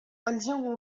الجو